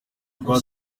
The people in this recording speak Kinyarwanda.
rwa